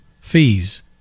Fees